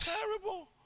terrible